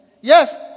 Yes